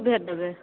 भेज देबै